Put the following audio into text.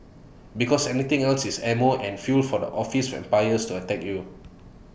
because anything else is ammo and fuel for the office vampires to attack you